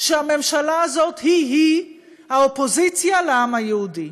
שהממשלה הזאת היא-היא האופוזיציה לעם היהודי.